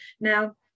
now